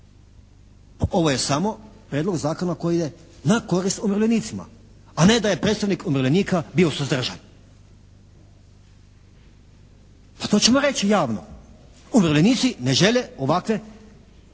Ovo je samo prijedlog zakona koji ide na korist umirovljenicima, a ne da je predstavnik umirovljenika bio suzdržan. A to ćemo reći javno. Umirovljenici ne žele ovakve